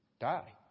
Die